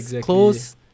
close